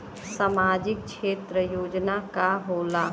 सामाजिक क्षेत्र योजना का होला?